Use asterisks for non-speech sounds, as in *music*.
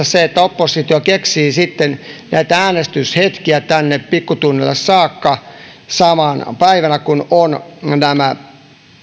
*unintelligible* se että oppositio keksii sitten näitä äänestyshetkiä tänne pikkutunneille saakka samana päivänä kun on nämä